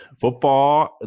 football